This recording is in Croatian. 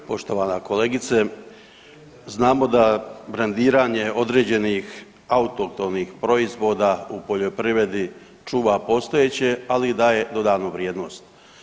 Poštovana kolegice, znamo da brendiranje određenih autohtonih proizvoda u poljoprivredi čuva postojeće, ali i daje dodanu vrijednost.